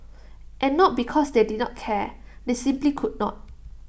and not because they did not care they simply could not